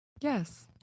Yes